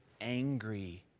angry